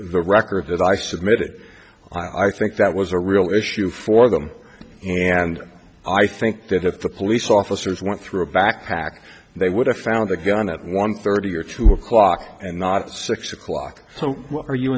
the record that i submitted i think that was a real issue for them and i think that if the police officers went through a backpack they would have found the gun at one thirty or two o'clock and not six o'clock so what are you